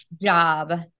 job